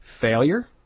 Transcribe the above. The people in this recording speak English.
Failure